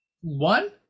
One